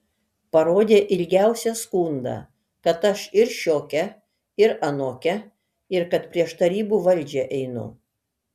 parodė ilgiausią skundą kad aš ir šiokia ir anokia ir kad prieš tarybų valdžią einu